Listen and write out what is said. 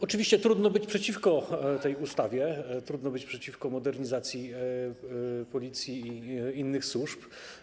Oczywiście trudno być przeciwko tej ustawie, trudno być przeciwko modernizacji Policji i innych służb.